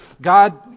God